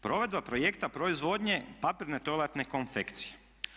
Provedba projekta proizvodnje papirne toaletne konfekcije.